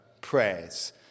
prayers